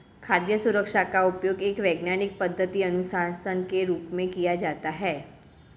खाद्य सुरक्षा का उपयोग एक वैज्ञानिक पद्धति अनुशासन के रूप में किया जाता है